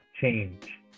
change